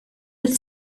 with